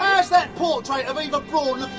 how's that portrait of eva braun